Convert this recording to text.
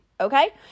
Okay